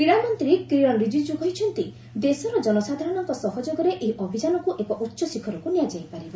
କ୍ରୀଡ଼ା ମନ୍ତ୍ରୀ କିରଣ ରିଜିକୁ କହିଛନ୍ତି ଦେଶର ଜନସାଧାରଣଙ୍କ ସହଯୋଗରେ ଏହି ଅଭିଯାନକ୍ର ଏକ ଉଚ୍ଚ ଶିଖରକ୍ ନିଆଯାଇପାରିବ